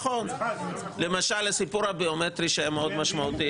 למשל הסיפור הביומטרי שהיה מאוד משמעותי,